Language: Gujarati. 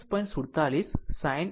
47 sine 59